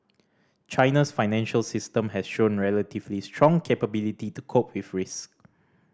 China's financial system has shown relatively strong capability to cope with risk